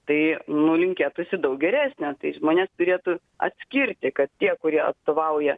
tai nu linkėtųsi daug geresnio tai žmonės turėtų atskirti kad tie kurie atstovauja